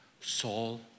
Saul